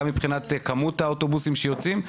גם מבחינת כמות האוטובוסים שיוצאים,